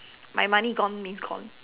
my money gone means gone